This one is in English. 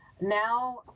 Now